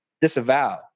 disavow